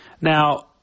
Now